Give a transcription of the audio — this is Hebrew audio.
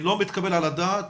לא מתקבל על הדעת,